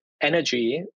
energy